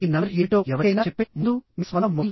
number ఏమిటో ఎవరికైనా చెప్పే ముందు మీ స్వంత మొబైల్